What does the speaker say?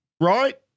Right